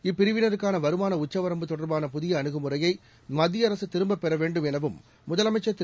இப்பிரிவினருக்கான வருமான உச்சவரம்பு தொடர்பான புதிய அணுகுமுறையை மத்திய அரசு திரும்ப பெற வேண்டும் எனவும் முதலமைச்சர் திரு